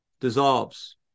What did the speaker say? dissolves